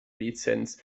lizenz